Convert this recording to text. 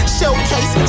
Showcase